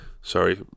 Sorry